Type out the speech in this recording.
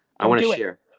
i wanna share.